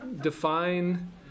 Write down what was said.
define